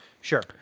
Sure